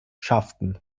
schafften